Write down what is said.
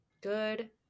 good